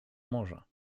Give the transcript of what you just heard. morza